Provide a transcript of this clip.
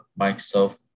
Microsoft